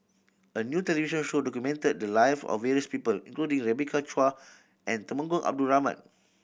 a new television show documented the live of various people including Rebecca Chua and Temenggong Abdul Rahman